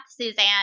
Suzanne